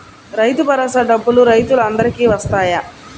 రైతు భరోసా డబ్బులు రైతులు అందరికి వస్తాయా?